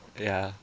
ya